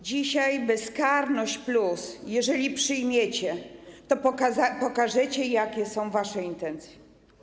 Dzisiaj: bezkarność+ - jeżeli przyjmiecie, to pokażecie, jakie są wasze intencje.